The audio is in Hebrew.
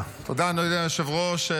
אדוני היושב-ראש,